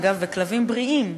ואגב כלבים בריאים,